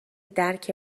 درک